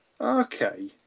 Okay